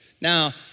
Now